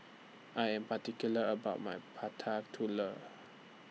I Am particular about My Prata Telur